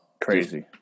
crazy